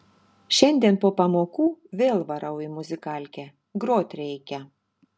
šiandien po pamokų vėl varau į muzikalkę grot reikia